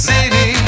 City